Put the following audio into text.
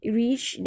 reach